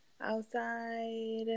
outside